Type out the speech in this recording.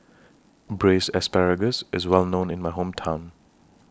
Braised Asparagus IS Well known in My Hometown